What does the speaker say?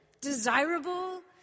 desirable